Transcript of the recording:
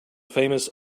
famous